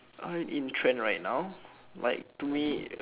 high in trend right now like to me uh